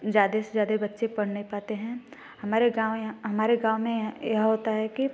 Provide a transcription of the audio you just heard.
ज़्यादा से ज़्यादा बच्चे पढ़ नहीं पाते हैं हमारे गाँव हमारे गाँव में यह होता है कि